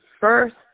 first